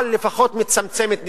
אבל היא לפחות מצמצמת נזקים.